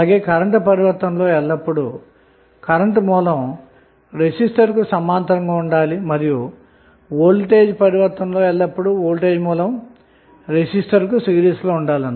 అలాగే current transformation లో ఎల్లప్పుడూ కరెంటు సోర్స్ రెసిస్టర్కు సమాంతరంగా ఉండాలి అలాగే వోల్టేజ్ ట్రాన్సఫార్మషన్ లో ఎల్లప్పుడూ వోల్టేజ్ సోర్స్ రెసిస్టర్ తో సిరీస్లో ఉండాలి